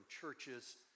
churches